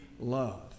love